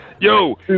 Yo